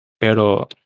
Pero